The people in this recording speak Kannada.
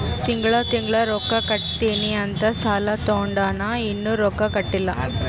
ತಿಂಗಳಾ ತಿಂಗಳಾ ರೊಕ್ಕಾ ಕಟ್ಟತ್ತಿನಿ ಅಂತ್ ಸಾಲಾ ತೊಂಡಾನ, ಇನ್ನಾ ರೊಕ್ಕಾ ಕಟ್ಟಿಲ್ಲಾ